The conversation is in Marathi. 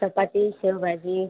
चपाती शेवभाजी